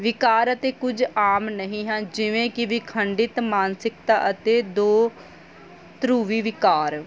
ਵਿਕਾਰ ਅਤੇ ਕੁਝ ਆਮ ਨਹੀਂ ਹਾਂ ਜਿਵੇਂ ਕਿ ਵੀ ਖੰਡਿਤ ਮਾਨਸਿਕਤਾ ਅਤੇ ਦੋ ਧਰੂਵੀ ਵਿਕਾਰ